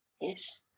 Yes